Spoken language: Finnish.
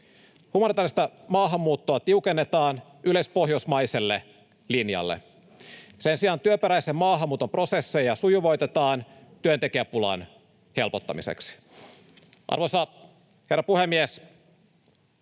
Humanitaarista maahanmuuttoa tiukennetaan yleispohjoismaiselle linjalle. Sen sijaan työperäisen maahanmuuton prosesseja sujuvoitetaan työntekijäpulan helpottamiseksi. Arvoisa herra puhemies!